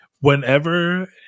Whenever